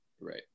right